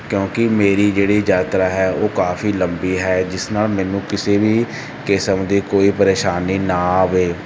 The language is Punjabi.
ਕਿਉਂਕਿ ਮੇਰੀ ਜਿਹੜੀ ਯਾਤਰਾ ਹੈ ਉਹ ਕਾਫ਼ੀ ਲੰਬੀ ਹੈ ਜਿਸ ਨਾਲ ਮੈਨੂੰ ਕਿਸੇ ਵੀ ਕਿਸਮ ਦੀ ਕੋਈ ਪਰੇਸ਼ਾਨੀ ਨਾ ਆਵੇ